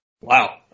Wow